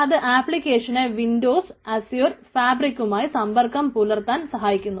അത് ആപ്ലിക്കേഷനെ Windows Azure ഫാബ്രിക്കമായി സംമ്പർക്കം പുലർത്താൻ സഹായിക്കുന്നു